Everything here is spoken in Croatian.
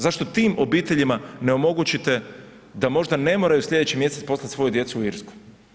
Zašto tim obiteljima ne omogućite da možda ne moraju sljedeći mjesec poslati svoju djecu u Irsku?